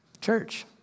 Church